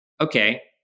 okay